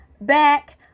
back